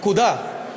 נקודה.